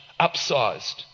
upsized